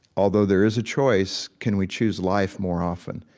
although there is a choice, can we choose life more often?